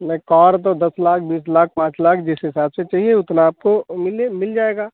नई कार तो दस लाख बीस लाख पाँच लाख जिस हिसाब से चाहिए उतना आपको मिले मिल जाएगा